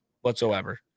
whatsoever